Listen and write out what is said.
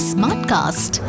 Smartcast